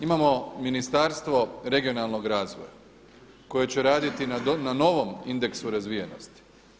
Imamo Ministarstvo regionalnog razvoja koje će raditi na novom indeksu razvijenosti.